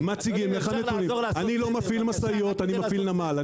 אני לא מפעיל משאיות אני מפעיל נמל.